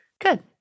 Good